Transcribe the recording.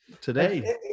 today